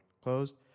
closed